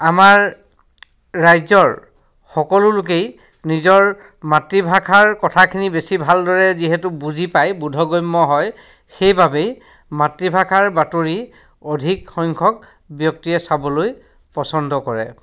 আমাৰ ৰাজ্যৰ সকলো লোকেই নিজৰ মাতৃভাষাৰ কথাখিনি বেছি ভালদৰে যিহেতু বুজি পায় বোধগম্য হয় সেইবাবেই মাতৃভাষাৰ বাতৰি অধিক সংখ্যক ব্যক্তিয়ে চাবলৈ পচন্দ কৰে